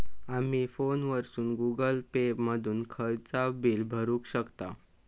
आमी फोनवरसून Google Pay मधून खयचाव बिल भरुक शकतव